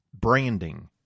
branding